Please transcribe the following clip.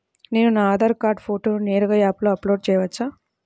నేను నా ఆధార్ కార్డ్ ఫోటోను నేరుగా యాప్లో అప్లోడ్ చేయవచ్చా?